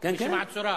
אני אצביע נגד,